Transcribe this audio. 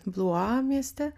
blua mieste